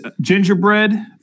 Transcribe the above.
Gingerbread